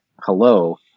Hello